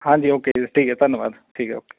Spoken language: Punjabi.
ਹਾਂਜੀ ਓਕੇ ਠੀਕ ਹੈ ਧੰਨਵਾਦ ਠੀਕ ਹੈ ਓਕੇ